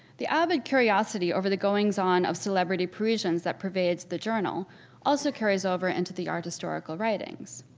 the avid curiosity over the goings on of celebrity parisians that pervades the journal also carries over into the art historical writings.